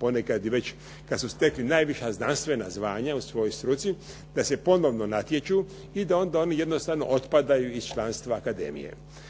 ponekad i već kad su stekli najviša znanstvena zvanja u svojoj struci da se ponovno natječu i da onda oni jednostavno otpadaju iz članstva akademije.